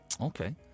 Okay